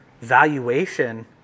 valuation